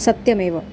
सत्यमेव